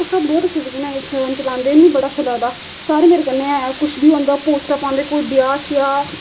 ओह् सब बहुत अच्छे तरीके कन्नै इंस्टाग्राम चलांदे मिगी बड़ा अच्छा लगदा सारे मेरे कन्नै ऐ कुछ बी होंदा पोस्टां पांदे कोई ब्याह् श्याह्